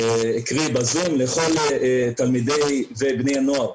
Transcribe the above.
קרי בזום, לכל תלמידי ובני הנוער.